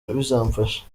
bizamfasha